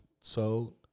sold